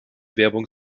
werbung